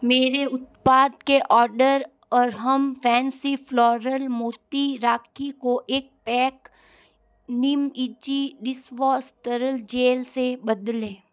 मेरे उत्पाद के ऑर्डर अर्हम फैंसी फ्लोरल मोती राखी को एक पैक निमइजी डिशवॉश तरल जेल से बदलें